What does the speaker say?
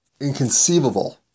inconceivable